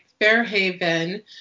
Fairhaven